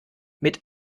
mit